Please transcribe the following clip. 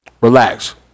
Relax